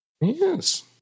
Yes